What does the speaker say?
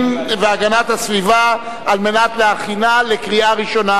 והגנת הסביבה על מנת להכינה לקריאה ראשונה.